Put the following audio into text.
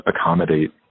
accommodate